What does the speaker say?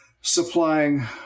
supplying